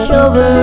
over